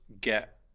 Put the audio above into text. get